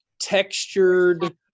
textured